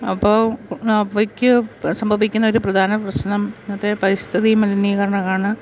അപ്പോൾ അവയ്ക്ക് സംഭവിക്കുന്ന ഒരു പ്രധാന പ്രശ്നം അത് പരിസ്ഥിതി മലിനീകരണം ആണ്